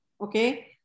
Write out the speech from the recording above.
Okay